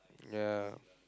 ya